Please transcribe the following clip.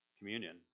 Communion